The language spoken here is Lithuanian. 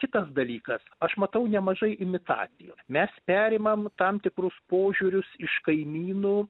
kitas dalykas aš matau nemažai imitacijų mes perimam tam tikrus požiūrius iš kaimynų